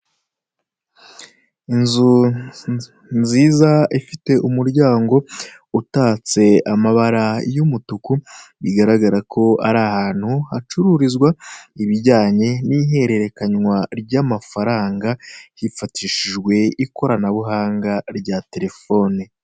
Inzu nziza ifite umuryango utatse amabara y'umutuku, bigaragara ko ariahantu hacururizwa ibijyanye n'ihererekanywa ry'amafaranga hifashishijwe ikoranabuhanga rya terefone.